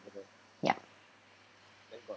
yup